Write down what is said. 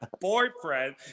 boyfriend